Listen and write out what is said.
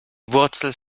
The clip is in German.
wurzel